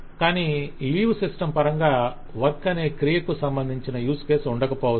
కానీ leave system పరంగా work అనే క్రియకు సంబంధించిన యూజ్ కేస్ ఉండకపోవచ్చు